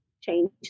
change